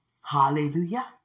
Hallelujah